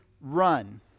run